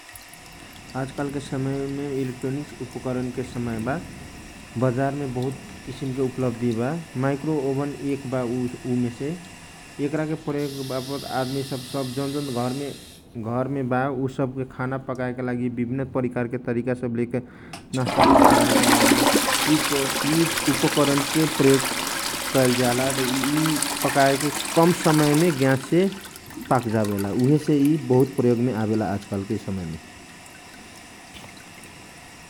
आजकाल के समयमे इलेक्ट्रोनिक्स उपकरण के समय बा बजार मे बहुत किसिम के उपलब्धी बा माइक्रो ओभन एकवा उसब उपकरण मेसे एकरा प्रयोग वापत पैसा तिरे के पारइए जेकर घर मे बा ओभन उसब विभिन्न तरिका के खाना सब पकाए के खातिर प्रयोग कयल जाला यि उपकरण प्रयोग कयल जाला यिछे पकायला गयससे कम समय मे पाक जावेला आ गयास से संस्तो परेला।